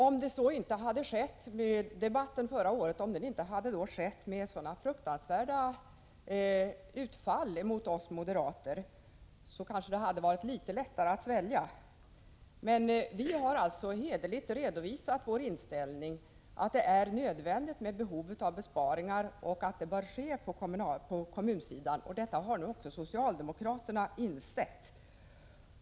Om inte debatten förra året hade skett med sådana utfall mot oss moderater hade det kanske varit litet lättare för oss att svälja detta. Vi har hederligt redovisat vår inställning att det är nödvändigt med besparingar, hur stora de skall vara och att de bör ske på kommunsidan. Detta har nu också socialdemokraterna insett.